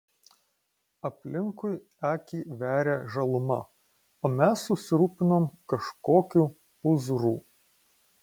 aplinkui akį veria žaluma o mes susirūpinom kažkokiu pūzru